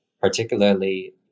particularly